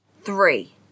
Three